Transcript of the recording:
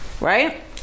right